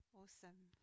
Awesome